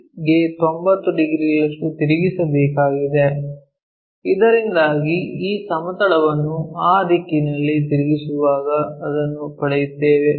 P ಗೆ 90 ಡಿಗ್ರಿಗಳಷ್ಟು ತಿರುಗಿಸಬೇಕಾಗಿದೆ ಇದರಿಂದಾಗಿ ಈ ಸಮತಲವನ್ನು ಆ ದಿಕ್ಕಿನಲ್ಲಿ ತಿರುಗಿಸುವಾಗ ಅದನ್ನು ಪಡೆಯುತ್ತೇವೆ